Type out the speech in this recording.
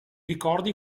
ricordi